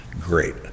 great